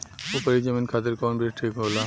उपरी जमीन खातिर कौन बीज ठीक होला?